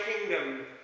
kingdom